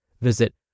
Visit